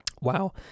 Wow